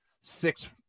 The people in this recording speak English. six